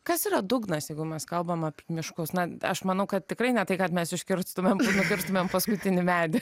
kas yra dugnas jeigu mes kalbame apie miškus na aš manau kad tikrai ne tai kad mes iškirstumėm nukirstumėm paskutinį medį